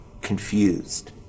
confused